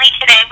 today